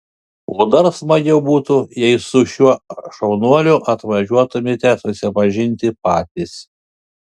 o dar smagiau būtų jei su šiuo šaunuoliu atvažiuotumėte susipažinti patys